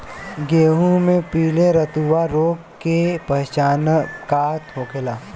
गेहूँ में पिले रतुआ रोग के पहचान का होखेला?